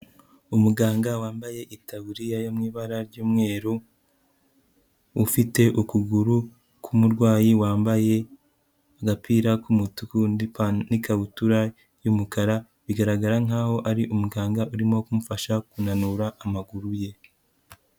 Umuganga wambaye itaburiya yo mu ibara ry'umweru, ufite ukuguru k'umurwayi wambaye agapira k'umutuku, n'ikabutura y'umukara, bigaragara nkaho ari umuganga urimo ku kumufasha kunanura amaguru ye.